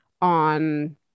on